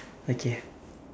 okay